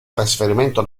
trasferimento